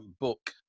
book